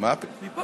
מה פתאום, מפה?